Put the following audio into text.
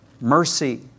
mercy